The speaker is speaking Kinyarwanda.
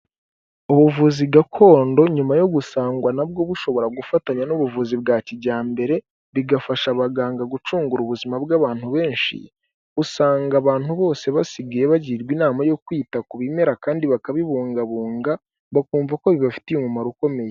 ubuvuzi gakondo nyuma yo gusangwa nabwo bushobora gufatanya n'ubuvuzi bwa kijyambere bigafasha abaganga gucungura ubuzima bw'abantu benshi, usanga abantu bose basigaye bagirwa inama yo kwita ku bimera kandi bakabibungabunga bakumva ko bibafitiye umumaro ukomeye.